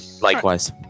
Likewise